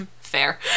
fair